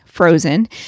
Frozen